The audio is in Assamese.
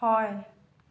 হয়